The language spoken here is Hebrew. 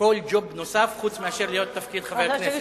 כל ג'וב נוסף חוץ מאשר להיות בתפקיד חבר כנסת,